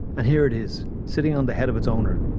and here it is, sitting on the head of its owner,